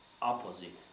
opposite